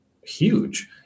huge